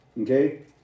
Okay